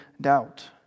doubt